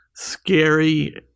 scary